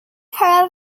part